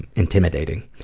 intimidating.